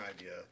idea